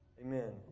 Amen